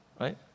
right